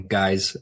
guys